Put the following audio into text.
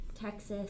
texas